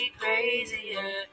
crazier